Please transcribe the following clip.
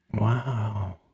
Wow